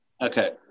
Okay